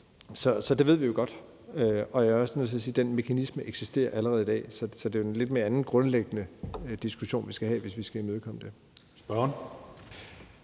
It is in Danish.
så det ved vi jo godt. Jeg er også nødt til at sige, at den mekanisme eksisterer allerede i dag, så det er jo en anden lidt mere grundlæggende diskussion, vi skal have, hvis vi skal imødekomme det.